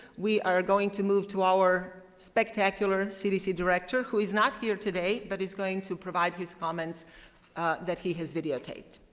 we are going to move to our spectacular cdc director, who is not here today, but is going to provide his comments that he has videotaped.